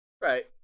Right